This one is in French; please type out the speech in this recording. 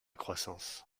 croissance